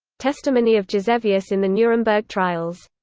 testimony of gisevius in the nuremberg trials